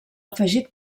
afegit